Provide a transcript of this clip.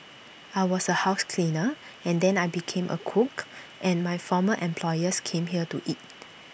I was A house cleaner and then I became A cook and my former employers came here to eat